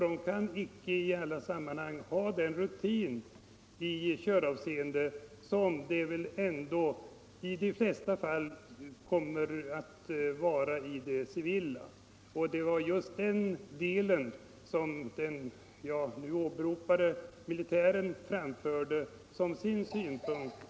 De kan icke i alla sammanhang ha den rutin i köravseende som väl ändå i de flesta fall finns hos bussförare i det civila. Det var just detta som den av mig åberopade militären framförde som sin synpunkt.